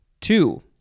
Two